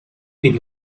been